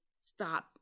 stop